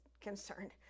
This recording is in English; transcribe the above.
concerned